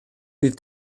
bydd